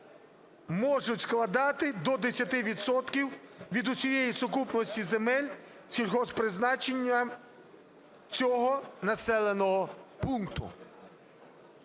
можуть складати до 10% від усієї сукупності земель сільськогосподарського призначення цього населеного пункту".